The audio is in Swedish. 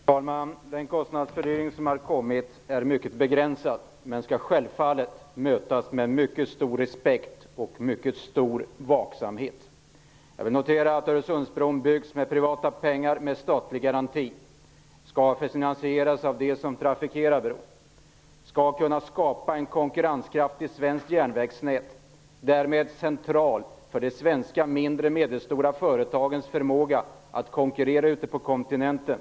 Herr talman! Den kostnadsfördyring som har kommit är mycket begränsad, men den skall självfallet mötas med mycket stor respekt och mycket stor vaksamhet. Jag vill notera att Öresundsbron byggs för privata pengar med statlig garanti. Den skall finansieras av dem som trafikerar bron. Den skall kunna skapa ett konkurrenskraftigt svenskt järnvägsnät och är därmed central för de svenska mindre och medelstora företagens förmåga att konkurrera ute på kontinenten.